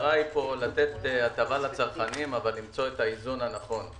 המטרה פה היא לתת הטבה לצרכנים אבל למצוא את האיזון הנכון.